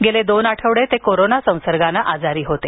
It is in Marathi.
गेले दोन आठवडे ते कोरोना संसर्गानं आजारी होते